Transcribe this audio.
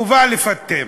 חובה לפטם,